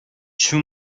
two